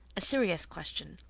a serious question.